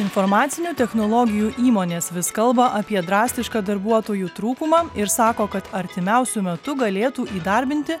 informacinių technologijų įmonės vis kalba apie drastišką darbuotojų trūkumą ir sako kad artimiausiu metu galėtų įdarbinti